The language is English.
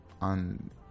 on